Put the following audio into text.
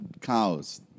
cows